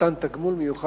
מתן תגמול מיוחד